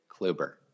Kluber